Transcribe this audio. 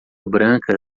branca